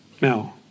Now